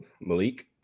Malik